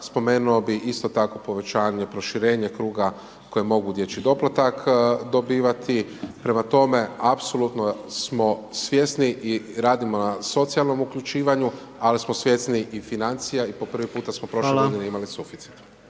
spomenuo bi isto tako povećanje, proširenje kruga koji mogu dječji doplatak dobivati. Prema tome, apsolutno smo svjesni i radimo na socijalnom uključivanju ali smo svjesni i financija i po prvi puta smo prošle godine …/Upadica: